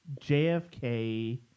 JFK